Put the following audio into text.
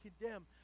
condemn